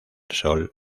sol